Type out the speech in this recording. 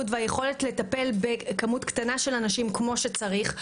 והיכולת לטפל בכמות קטנה של אנשים כמו שצריך,